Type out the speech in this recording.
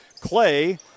Clay